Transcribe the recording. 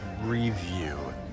review